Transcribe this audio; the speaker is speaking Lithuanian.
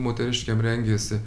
moteriškėm rengėsi